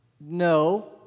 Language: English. No